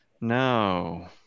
No